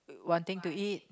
want thing to eat